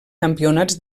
campionats